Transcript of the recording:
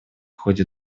ходе